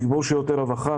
תגבור שירותי רווחה.